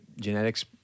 genetics